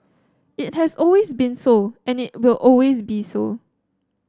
it has always been so and it will always be so